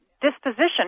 disposition